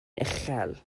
uchel